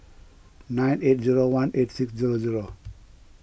nine eight zero one eight six zero zero